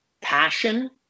passion